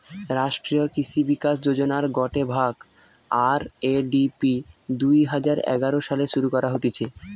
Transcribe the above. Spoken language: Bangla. রাষ্ট্রীয় কৃষি বিকাশ যোজনার গটে ভাগ, আর.এ.ডি.পি দুই হাজার এগারো সালে শুরু করা হতিছে